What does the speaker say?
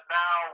now